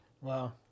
Wow